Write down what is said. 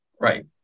Right